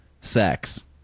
sex